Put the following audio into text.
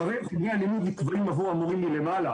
שחומרי הלימוד נקבעים על ידי המורים מלמעלה.